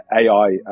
AI